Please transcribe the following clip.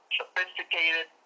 sophisticated